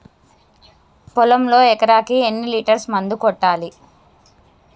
పొలంలో ఎకరాకి ఎన్ని లీటర్స్ మందు కొట్టాలి?